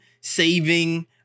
saving